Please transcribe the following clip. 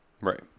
Right